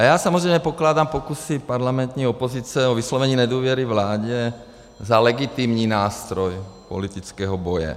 Já samozřejmě pokládám pokusy parlamentní opozice o vyslovení nedůvěry vládě za legitimní nástroj politického boje.